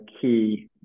key